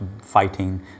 fighting